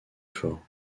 fort